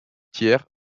tiers